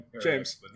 James